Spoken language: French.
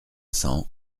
cent